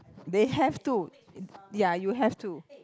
they have to ya you have to